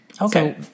Okay